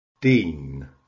dean